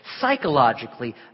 psychologically